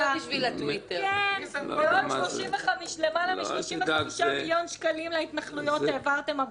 ועוד למעלה מ-35 מיליון שקלים להתנחלויות העברתם הבוקר.